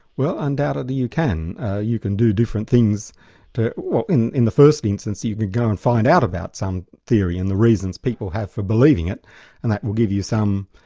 well, undoubtedly you can you can do different things to, well, in well, in the first instance you you can go and find out about some theory and the reasons people have for believing it, and that will give you some